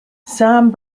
sam